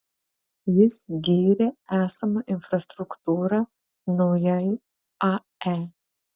jis gyrė esamą infrastruktūrą naujai ae